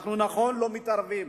אנחנו, נכון, לא מתערבים.